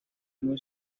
muy